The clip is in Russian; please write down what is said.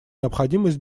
необходимость